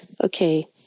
okay